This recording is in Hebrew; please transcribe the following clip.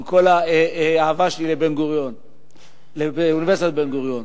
עם כל האהבה שלי לאוניברסיטת בן-גוריון.